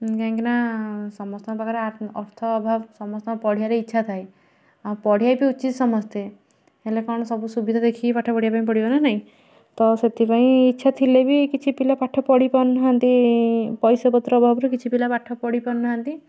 କାହିଁକିନା ସମସ୍ତଙ୍କ ପାଖରେ ଅର୍ଥ ଅଭାବ ସମସ୍ତଙ୍କ ପଢ଼ିବାରେ ଇଚ୍ଛା ଥାଏ ଆଉ ପଢ଼ିବା ବି ଉଚିତ୍ ସମସ୍ତେ ହେଲେ କ'ଣ ସବୁ ସୁବିଧା ଦେଖିକି ପାଠ ପଢ଼ିବା ପାଇଁ ପଡ଼ିବ ନା ନାହିଁ ତ ସେଥିପାଇଁ ଇଚ୍ଛା ଥିଲେ ବି କିଛି ପିଲା ପାଠ ପଢ଼ି ପାରୁ ନାହାନ୍ତି ପଇସାପତ୍ର ଅଭାବରୁ କିଛି ପିଲା ପାଠ ପଢ଼ିପାରୁ ନାହାନ୍ତି